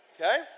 Okay